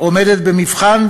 עומדת במבחן,